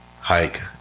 hike